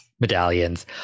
medallions